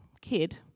kid